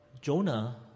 Jonah